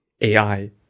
AI